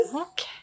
okay